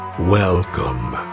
Welcome